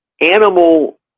animal